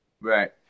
Right